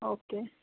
okay